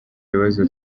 bibazo